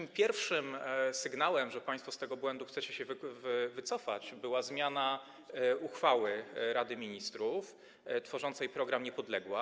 I pierwszym sygnałem, że państwo z tego błędu chcecie się wycofać, była zmiana uchwały Rady Ministrów tworzącej program „Niepodległa”